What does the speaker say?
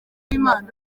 w’imana